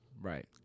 right